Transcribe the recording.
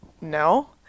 no